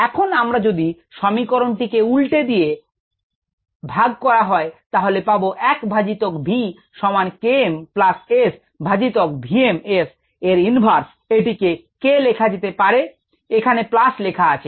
এখন আমরা যদি সমীকরণটি কে উল্টে এক দিয়ে ভাগ করা হয় তাহলে পাব এক ভাজিতক v সমান Km প্লাস S ভাজিতক v m S এর ইনভার্স এটিকে K লেখা যেতে পারে এখানে প্লাস লেখা আছে